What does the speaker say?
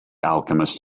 alchemist